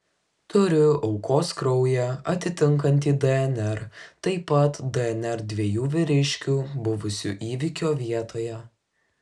turiu aukos kraują atitinkantį dnr taip pat dnr dviejų vyriškių buvusių įvykio vietoje